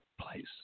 place